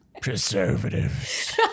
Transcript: Preservatives